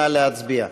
נא להצביע.